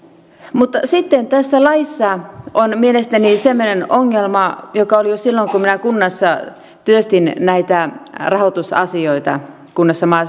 mutta sitten tässä laissa on mielestäni semmoinen ongelma joka oli jo silloin kun minä kunnassa työstin näitä rahoitusasioita kunnassa